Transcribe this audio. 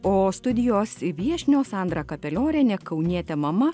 o studijos viešnios sandra kapeliorienė kaunietė mama